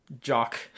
Jock